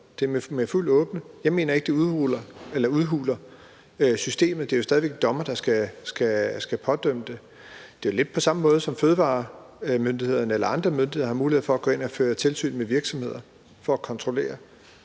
det er med fuld åbenhed. Jeg mener ikke, at det udhuler systemet. Det er jo stadig væk en dommer, der skal pådømme det. Det er jo lidt på samme måde med fødevaremyndighederne eller andre myndigheder, som har mulighed for at gå ind og føre tilsyn med virksomheder for at kontrollere,